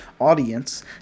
audience